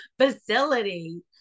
facility